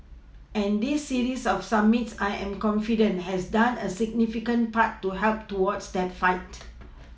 and this series of summits I am confident has done a significant part to help towards that fight